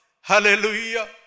Hallelujah